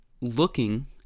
looking